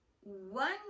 One